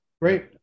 Great